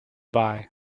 bye